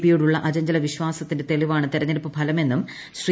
പിയോടുള്ളൂ അ്ചഞ്ചല വിശ്വാസത്തിന്റെ തെളിവാണ് തെരഞ്ഞെടുപ്പ് ഫ്ലെങ്മന്ന് ശ്രീ